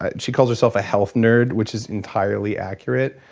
ah she calls herself a health nerd which is entirely accurate.